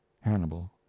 Hannibal